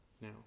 now